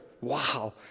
wow